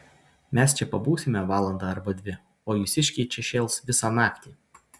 mes čia pabūsime valandą arba dvi o jūsiškiai čia šėls visą naktį